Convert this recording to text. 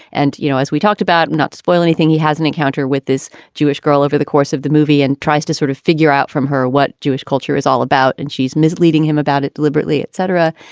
and, you know, as we talked about, not spoil anything he has an encounter with this jewish girl over the course of the movie and tries to sort of figure out from her what jewish culture is all about, and she's misleading him about it deliberately, etc.